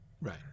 Right